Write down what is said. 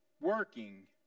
working